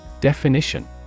Definition